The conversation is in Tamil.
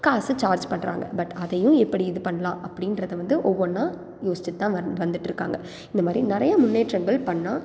காசு சார்ஜ் பண்ணுறாங்க பட் அதையும் எப்படி இது பண்ணலாம் அப்படின்றத வந்து ஒவ்வொன்னாக யோசிச்சிகிட்டு தான் வ வந்துட்ருக்காங்க இந்த மாதிரி நிறையா முன்னேற்றங்கள் பண்ணிணா